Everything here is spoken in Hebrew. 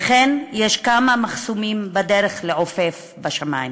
וכן, יש כמה מחסומים בדרך לעופף בשמים.